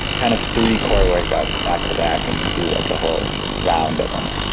kind of three core workouts back to back and you do like a whole round of them.